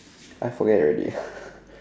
I forget already